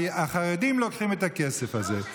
החרדים לוקחים את הכסף הזה.